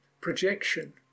Projection